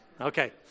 Okay